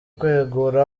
kwegura